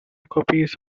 copies